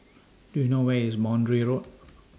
Do YOU know Where IS Boundary Road